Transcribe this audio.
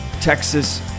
Texas